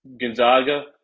Gonzaga